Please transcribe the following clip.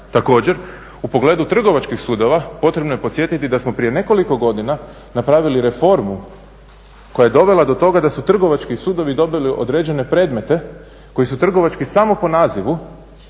Također, u pogledu trgovačkih sudova potrebno je podsjetiti da smo prije nekoliko godina napravili reformu koja je dovela do toga da su trgovački sudovi dobili određene predmete koji su trgovački samo po nazivu